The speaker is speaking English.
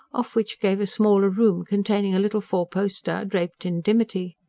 off which gave a smaller room, containing a little four-poster draped in dimity.